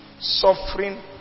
Suffering